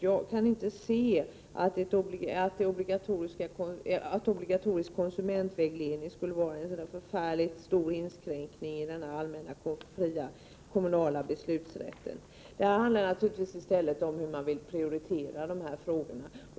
Jag kan inte se att en obligatorisk konsumentvägledning skulle vara en så förfärligt stor inskränkning i denna allmänna, fria kommunala beslutsrätt. Det handlar naturligtvis i stället om hur man vill prioritera dessa frågor.